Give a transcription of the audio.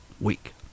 week